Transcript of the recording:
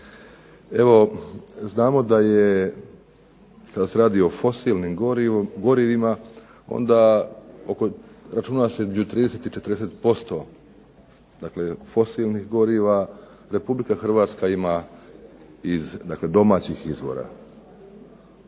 Znamo da je kada se radi o fosilnim gorivima računa se između 30 do 40% fosilnih goriva, Republika Hrvatska ima iz domaćih izvora.